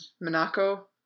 Monaco